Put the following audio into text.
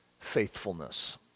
faithfulness